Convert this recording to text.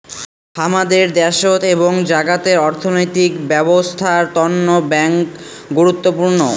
হামাদের দ্যাশোত এবং জাগাতের অর্থনৈতিক ব্যবছস্থার তন্ন ব্যাঙ্ক গুরুত্বপূর্ণ